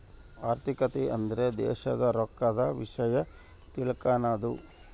ಆರ್ಥಿಕತೆ ಅಂದ್ರ ದೇಶದ್ ರೊಕ್ಕದ ವಿಷ್ಯ ತಿಳಕನದು